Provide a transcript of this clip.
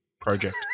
project